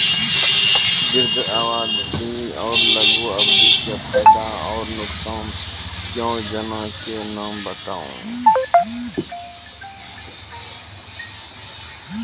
दीर्घ अवधि आर लघु अवधि के फायदा आर नुकसान? वयोजना के नाम बताऊ?